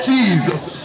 Jesus